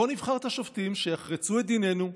בואו נבחר את השופטים שיחרצו דיננו,